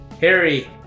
Harry